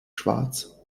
schwarz